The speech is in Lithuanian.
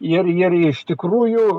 ir iš tikrųjų